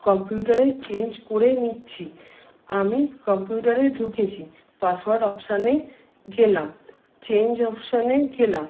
কম্পিউটারে চেঞ্জ করে নিচ্ছি আমি কম্পিউটারে ঢুকেছি পাসওয়ার্ড অপশনে গেলাম চেঞ্জ অপশনে গেলাম